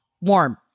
warm